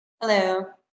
Hello